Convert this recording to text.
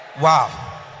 Wow